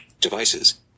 Devices